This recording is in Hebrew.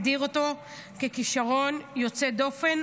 הגדיר אותו ככישרון יוצא דופן,